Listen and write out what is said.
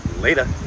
Later